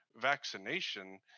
vaccination